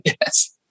yes